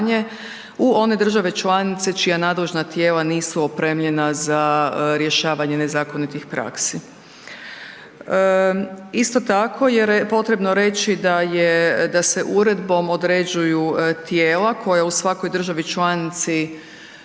u one države članice čija nadležna tijela nisu opremljena za rješavanje nezakonitih praksi. Isto tako je potrebno reći da se uredbom određuju tijela koja u svakoj državi članici